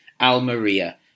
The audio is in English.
Almeria